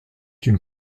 une